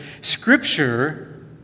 scripture